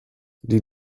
die